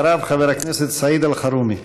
אחריו, חבר הכנסת סעיד אלחרומי.